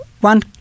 one